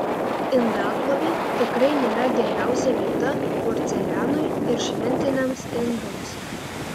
indaplovė tikrai nėra geriausia vieta porcelianui ir šventiniams indams